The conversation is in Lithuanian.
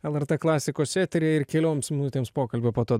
lrt klasikos eteryje ir kelioms minutėms pokalbio po to